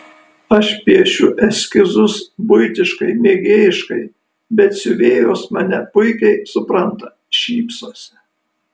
aš piešiu eskizus buitiškai mėgėjiškai bet siuvėjos mane puikiai supranta šypsosi